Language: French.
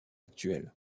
actuel